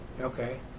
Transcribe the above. Okay